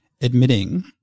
admitting